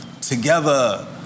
together